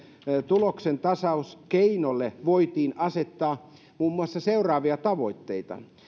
tuloksen tasauskeinolle voitiin asettaa muun muassa seuraavia tavoitteita